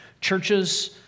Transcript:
Churches